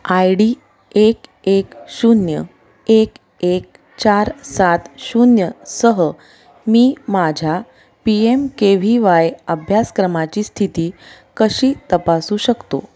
I D एक एक शून्य एक एक चार सात शून्य सह मी माझ्या P M K V Y अभ्यासक्रमाची स्थिती कशी तपासू शकतो